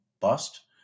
bust